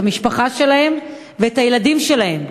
את המשפחה שלהן ואת הילדים שלהן.